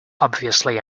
obviously